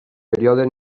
període